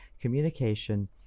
communication